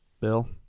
Bill